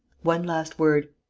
one last word.